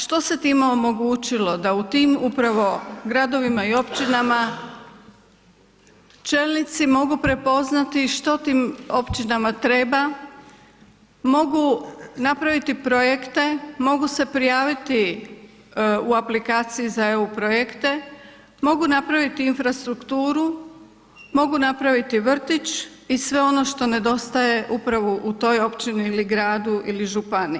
Što se time omogućilo, da u tim upravo gradovima i općinama čelnici mogu prepoznati što tim općinama treba, mogu napraviti projekte, mogu se prijaviti u aplikaciju za EU projekte, mogu napraviti infrastrukturu, mogu napraviti vrtić i sve ono što nedostaje upravo u toj općini ili gradu ili županiji.